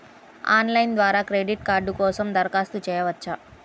Online ద్వారా credit card కోసం దరఖాస్తు చేయవచ్చా?